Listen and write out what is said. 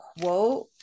quote